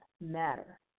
matter